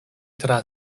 tra